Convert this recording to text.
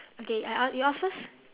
okay I ask you ask first